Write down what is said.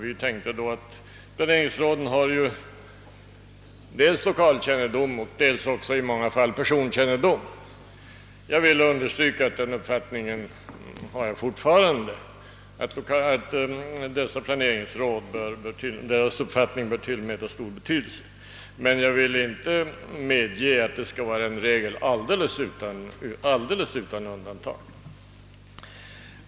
Vi tänkte då att planeringsråden har dels lokalkännedom, dels i många fall personkännedom. Jag vill understryka att jag fortfarande anser att planeringsrådens uppfattning bör tillmätas stor betydelse. Men jag vill inte medge att det skall vara en regel alldeles utan undantag.